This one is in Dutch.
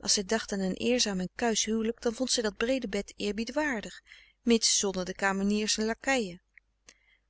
zij dacht aan een eerzaam en kuisch huwelijk dan vond zij dat breede bed eerbiedwaardig mits zonder de kameniers en lakeien